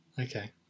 Okay